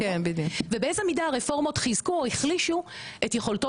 ובאיזו מידה הרפורמות חיזקו או החלישו את יכולתו